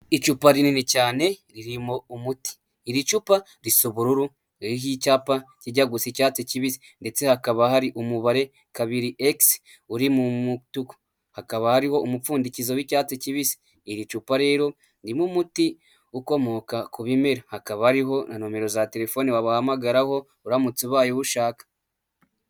Icupa rinini cyane ririmo umuti, iri cupa risa ubururu ririho icyapa kijya gusa icyatsi kibisi ndetse hakaba hari umubare kabiri egisi uri mu mutuku, hakaba hariho umupfundikizo w'icyatsi kibisi, iri cupa rero ririmo umuti ukomoka ku bimera, hakaba hariho na nomero za telefoni wabahamagaraho, uramutse ubaye uwushaka.